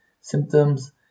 symptoms